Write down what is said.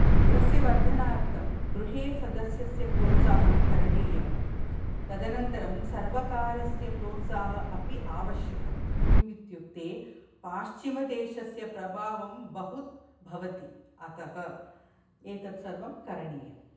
तस्य वर्धनार्थं गृहे सदसस्य प्रोत्साहं करणीयं तदनन्तरं सर्वकारस्य प्रोत्साहः अपि आवश्यकं किम् इत्युक्ते पश्चिमदेशस्य प्रभावं बहुत् भवति अतः एतत् सर्वं करणीयम्